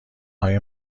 های